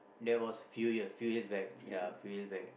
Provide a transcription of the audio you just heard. that was few year few years back ya few years back